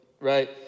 right